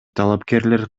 талапкерлер